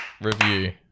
review